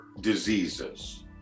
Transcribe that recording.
diseases